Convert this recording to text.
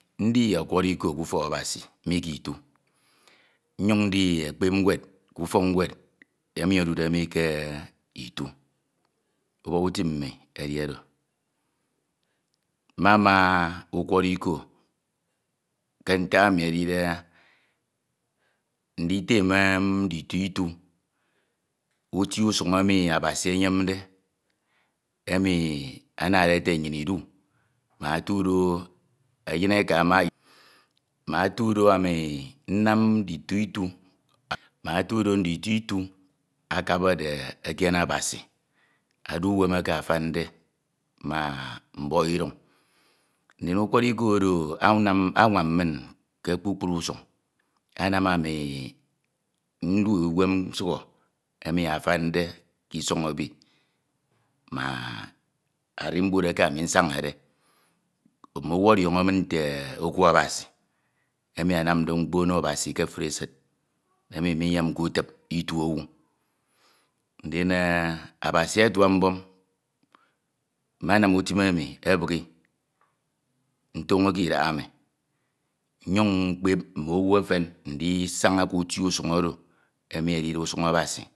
Ndi ọkwọrọ iko ke ụfọk Abasi mi ke ito, myun ndi ekpep nwed ke ufọk nwed emi edude mi ke ito, ubọk utim mi ede oro. Mmama ukwọrọ iko ke ntak enu edide nditeme ndito ito etu usuñ emi Abasi eyamde, emi anade ete nnyin idu mak etudo eyin eka ama eyin eka, mak etudo ami nnam ndito ito, mak etudo ndito ito akabade ekiene Abasi. Edu uwẹm eke afande ma ngbọhọ iduñ. Ndin ukwọrọ iko oro amam, anwan min ke kpikpru usuñ. Anam ami ndu uwem sukhọ emi afande ke isọñ ebi ma animband eke ami nasañade. Mme owu ọdiọñọ min nte eku Abasi emi anamde mkpo. Ono Abasi ka efuri esid, enai miyemke utip itu owu. Ndin Abasi atura mmḅom mmanam utum emi ebigh, ntoñoke idahami, nmyun mkpep mme owu efen ndisaña ke eti usuñ oro emi edede usuñ Abasi.